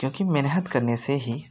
क्योंकि मेहनत करने से ही